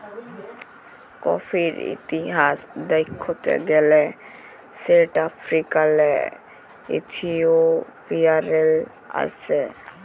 কফির ইতিহাস দ্যাখতে গ্যালে সেট আফ্রিকাল্লে ইথিওপিয়াল্লে আস্যে